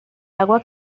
agua